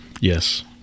yes